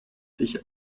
sich